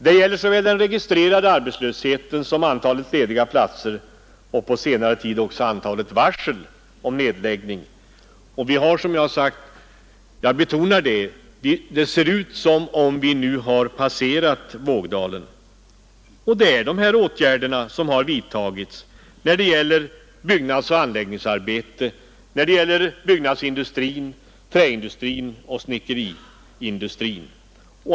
Det gäller såväl den registrerade arbetslösheten som antalet lediga platser och på senare tid också antalet varsel om nedläggning. Som jag sagt ser det ut som om vi nu har passerat vågdalen. Det beror på de åtgärder som har vidtagits när det gäller byggnadsoch anläggningsarbeten och när det gäller byggnadsindustrin, träindustrin och snickeriindustrin.